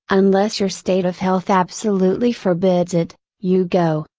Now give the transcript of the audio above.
unless your state of health absolutely forbids it, you go.